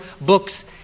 books